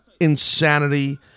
insanity